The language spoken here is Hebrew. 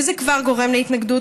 וזה כבר גורם להתנגדות,